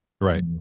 Right